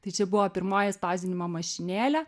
tai čia buvo pirmoji spausdinimo mašinėlė